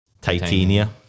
titania